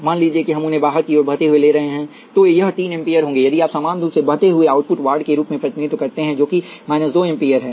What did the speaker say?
मान लीजिए कि हम उन्हें बाहर की ओर बहते हुए ले जा रहे हैं तो यह तीन एम्पीयर होंगे यदि आप समान रूप से बहते हुए आउटपुट वार्ड के रूप में प्रतिनिधित्व करते हैं जो कि 2 एम्पीयर है